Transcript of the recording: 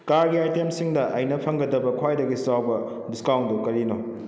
ꯀꯥꯔꯒꯤ ꯑꯥꯏꯇꯦꯝꯁꯤꯡꯗ ꯑꯩꯅ ꯐꯪꯒꯗꯕ ꯈ꯭ꯋꯥꯏꯗꯒꯤ ꯆꯥꯎꯕ ꯗꯤꯁꯀꯥꯎꯟꯗꯨ ꯀꯔꯤꯅꯣ